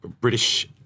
British